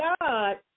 God